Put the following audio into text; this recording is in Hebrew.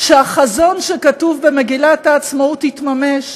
שהחזון שכתוב במגילת העצמאות יתממש